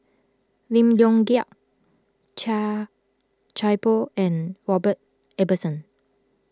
Lim Leong Geok Chia Thye Poh and Robert Ibbetson